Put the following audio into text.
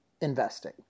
investing